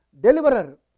deliverer